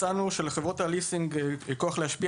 מצאנו שלחברות הליסינג יש כוח להשפיע